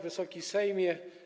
Wysoki Sejmie!